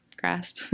grasp